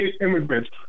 immigrants